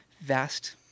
vast